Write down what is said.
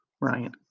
Ryan